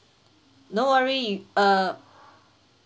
no worry uh